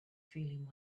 feeling